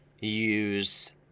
use